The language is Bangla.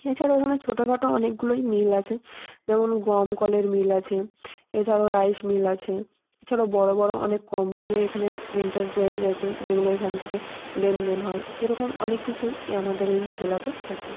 এছাড়াও এখানে ছোটো খাটো অনেকগুলোই মিল আছে যেমন গমকলের মিল আছে এছাড়াও রাইস মিল আছে এছাড়াও বড়ো বড়ো অনেক কোম্পানির এখানে এন্টারপ্রাইজ আছে যেগুলো এখান থেকে লেনদেন হয় এরকম অনেক কিছুই এই আমাদের এই জেলাতে আছে